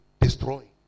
destroying